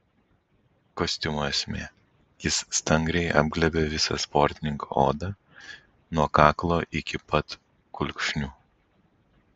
kostiumo esmė jis stangriai apglėbia visą sportininko odą nuo kaklo iki pat kulkšnių